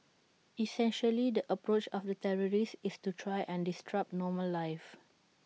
essentially the approach of the terrorists is to try and disrupt normal life